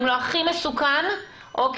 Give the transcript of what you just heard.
אם לא הכי מסוכן שקורה".